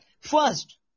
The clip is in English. First